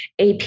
AP